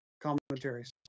commentaries